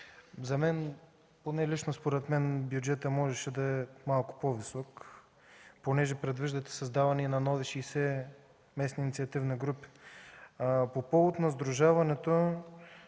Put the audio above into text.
развитие. Поне лично според мен бюджетът можеше да е малко по-висок, понеже предвиждате създаване и нови 60 местни инициативни групи. По повод на сдружаването,